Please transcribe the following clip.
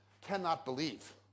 cannot-believe